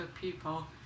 people